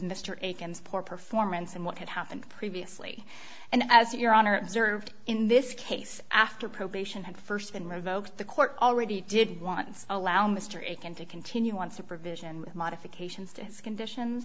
mr aiken's poor performance and what had happened previously and as your honor observed in this case after probation had first been revoked the court already did want allow mr aiken to continue on supervision with modifications to his conditions